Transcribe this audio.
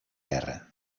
terra